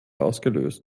ausgelöst